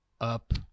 up